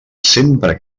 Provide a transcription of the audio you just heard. sempre